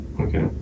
okay